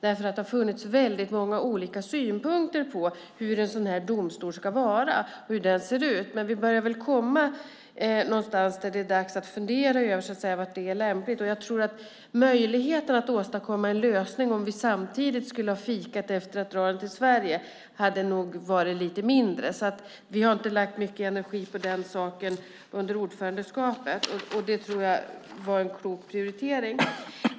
Det har funnits väldigt många olika synpunkter på hur en sådan här domstol ska vara och hur den ska se ut. Vi börjar väl komma någonstans där det så att säga är dags att fundera över var det är lämpligt. Jag tror att möjligheten att åstadkomma en lösning om vi samtidigt skulle ha fikat efter att dra den till Sverige hade varit lite mindre så vi har inte lagt mycket energi på den saken under ordförandeskapet. Det tror jag var en klok prioritering.